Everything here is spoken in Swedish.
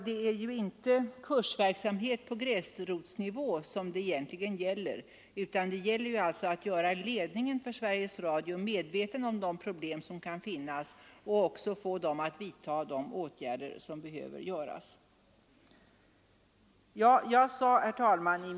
Det är nämligen inte kursverksamhet på gräsrotsnivå det här gäller, utan här är det fråga om att göra ledningen för Sveriges Radio medveten om de problem som kan föreligga och att få tjänstemännen där att vidta de nödvändiga åtgärderna.